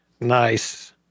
Nice